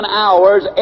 hours